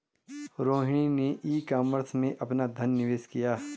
रोहिणी ने e commerce में अपना धन निवेश किया